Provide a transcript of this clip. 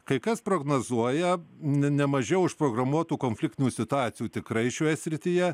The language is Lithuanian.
kai kas prognozuoja nemažiau užprogramuotų konfliktinių situacijų tikrai šioje srityje